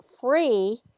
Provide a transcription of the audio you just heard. free